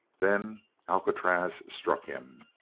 then alcatraz struck him!